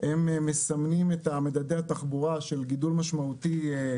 הם מסמנים את מדדי התחבורה של גידול משמעותי גם